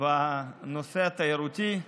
בנושא התיירותי.